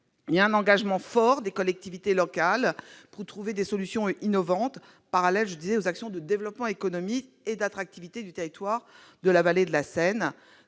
L'engagement des collectivités locales est fort pour trouver des solutions innovantes en parallèle des actions de développement économique et d'attractivité du territoire de la vallée de la Seine.